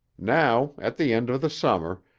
now, at the end of the summer,